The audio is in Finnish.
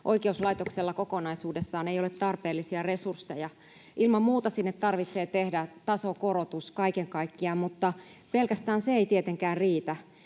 oikeuslaitoksella kokonaisuudessaan ei ole tarpeellisia resursseja. Ilman muuta sinne tarvitsee tehdä tasokorotus kaiken kaikkiaan, mutta pelkästään se ei tietenkään riitä.